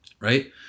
right